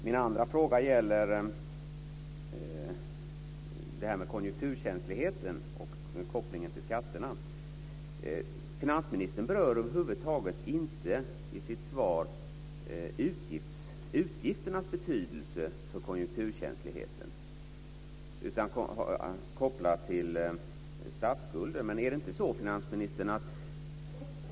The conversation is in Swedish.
Min andra fråga gällde konjunkturkänsligheten och kopplingen till skatterna. Finansministern berörde över huvud taget inte i sitt svar utgifternas betydelse för konjunkturkänsligheten kopplat till statsskulden.